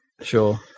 Sure